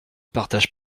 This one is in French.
partage